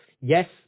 Yes